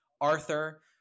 Arthur